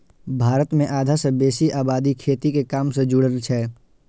भारत मे आधा सं बेसी आबादी खेती के काम सं जुड़ल छै